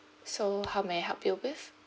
so how may I help you with